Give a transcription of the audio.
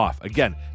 Again